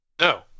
No